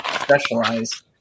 specialize